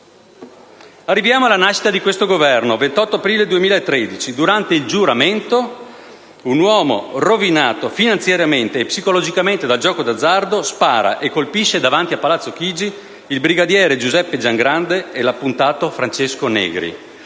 Arriviamo alla nascita di questo Governo. Il 28 aprile 2013, durante il giuramento, un uomo rovinato finanziariamente e psicologicamente dal gioco d'azzardo spara e colpisce davanti a Palazzo Chigi il brigadiere Giuseppe Giangrande e l'appuntato Francesco Negri,